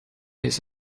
his